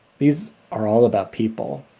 these are all about people.